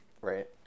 Right